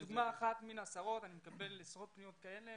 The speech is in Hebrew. אני מקבל עשרות פניות כאלה.